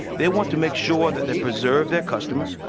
they want to make sure that they preserve their customer.